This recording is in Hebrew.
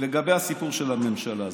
הסיפור של הממשלה הזו.